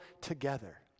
together